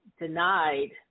denied